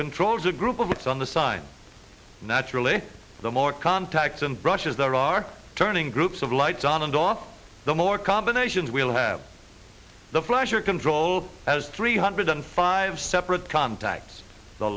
controls a group of what's on the side naturally the more contacts and brushes there are turning groups of lights on and off the more combinations will have the pleasure control as three hundred and five separate contacts the